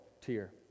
tier